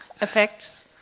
effects